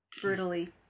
brutally